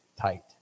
tight